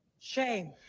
Shame